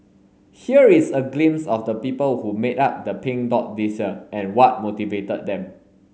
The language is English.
here is a glimpse of the people who made up the Pink Dot this year and what motivated them